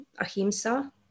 ahimsa